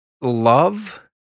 love